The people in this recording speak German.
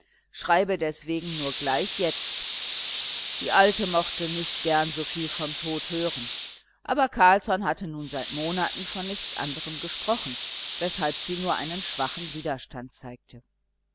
schreibe deswegen nur gleich jetzt die alte mochte nicht gern so viel vom tod hören aber carlsson hatte nun seit monaten von nichts anderm gesprochen weshalb sie nur einen schwachen widerstand zeigte